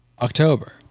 October